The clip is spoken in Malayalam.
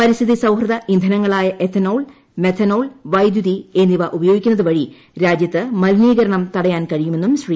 പരിസ്ഥിതി സൌഹൃദ ഇന്ധനങ്ങളായ എത്തിനോൾ മെത്തനോൾ വൈദ്യുതി എന്നിവ ഉപയോഗിക്കുന്നതു് പ്രിച്ചുത്ത് മലിനീകരണം തടയാൻ കഴിയുമെന്നും ശ്രീ